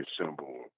symbol